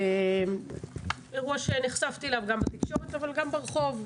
אירוע שנחשפתי אליו בתקשורת אבל גם ברחוב.